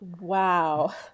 Wow